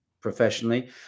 professionally